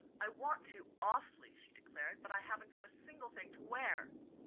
i want to awfully, she declared, but i haven't got a single thing to wear.